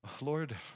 Lord